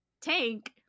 Tank